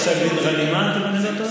פסק דין גנימאת קוראים לזה?